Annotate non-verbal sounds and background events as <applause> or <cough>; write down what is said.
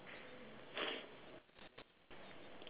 <noise>